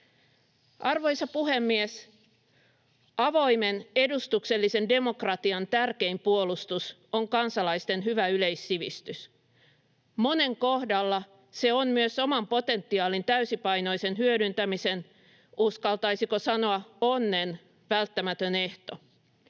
Arvoisa puhemies! Avoimen edustuksellisen demokratian tärkein puolustus on kansalaisten hyvä yleissivistys. Monen kohdalla se on myös oman potentiaalin täysipainoisen hyödyntämisen — uskaltaisiko sanoa onnen — välttämätön ehto.